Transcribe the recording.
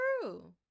true